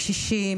קשישים,